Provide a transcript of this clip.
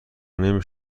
نمی